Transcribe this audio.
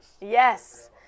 Yes